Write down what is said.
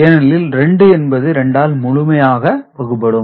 ஏனெனில் 2 என்பது 2 ஆல் முழுமையாக வகுபடும்